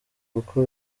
kuko